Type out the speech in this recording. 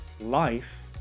Life